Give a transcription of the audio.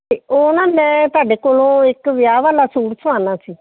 ਉਹ ਨਾ ਮੈਂ ਤੁਹਾਡੇ ਕੋਲੋਂ ਇੱਕ ਵਿਆਹ ਵਾਲਾ ਸੂਟ ਸਿਲਾਉਣਾ ਸੀ